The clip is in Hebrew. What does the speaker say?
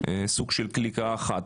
סוג של קליקה אחת,